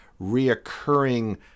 reoccurring